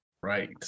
Right